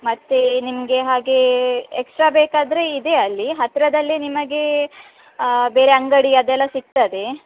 ಮತ್ತು ನಿಮಗೆ ಹಾಗೆ ಎಕ್ಸ್ಟ್ರಾ ಬೇಕಾದರೆ ಇದೆ ಅಲ್ಲಿ ಹತ್ತಿರದಲ್ಲಿ ನಿಮಗೆ ಬೇರೆ ಅಂಗಡಿ ಅದೆಲ್ಲ ಸಿಗ್ತದೆ